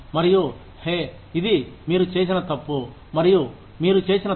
మరియు హే ఇది మీరు చేసిన తప్పు మరియు మీరు చేసిన తప్పు